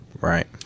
Right